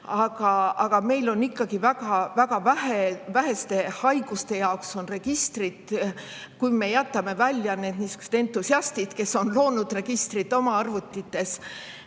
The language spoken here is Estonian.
Aga meil on ikkagi väga väheste haiguste jaoks registrid, kui me jätame välja entusiastid, kes on loonud registrid oma arvutites.